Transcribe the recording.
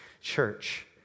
church